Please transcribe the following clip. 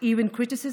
הקשרים